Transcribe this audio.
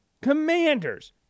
Commanders